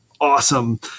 awesome